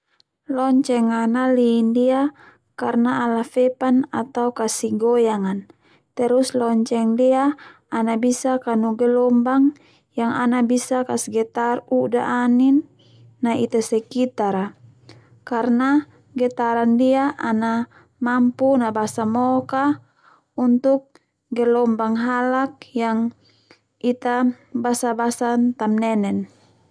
Lonceng a nali ndia karna ala fepan atau kasi goyang an, terus lonceng ndia ana bisa kanu gelombang yang ana bisa kasgetar u'da Anin nai Ita sekitar a karna getaran ndia ana mampu nabasa mok a untuk gelombang halak yang Ita basa-basa tamnenen.